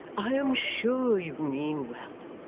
i am sure you mean well,